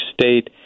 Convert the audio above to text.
State